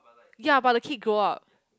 ya but the kid grow up